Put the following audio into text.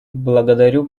благодарю